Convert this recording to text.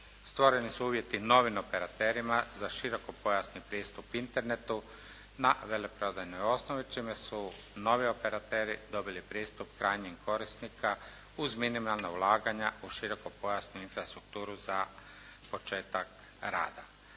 Stvoreni su uvjeti novim operaterima za širokopojasni pristup Internetu na veleprodajnoj osnovi čime su novi operateri dobili pristup krajnjih korisnika uz minimalna ulaganja u širokopojasnu infrastrukturu za početak rada.